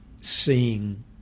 seeing